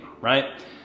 right